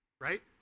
Right